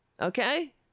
Okay